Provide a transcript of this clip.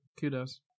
Kudos